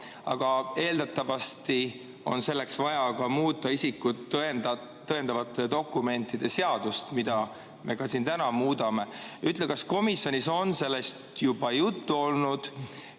aga eeldatavasti on selleks vaja muuta isikut tõendavate dokumentide seadust, mida me ka täna muudame. Kas komisjonis on sellest juba juttu olnud